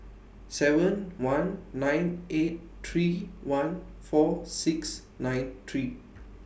seven one nine eight three one four six nine three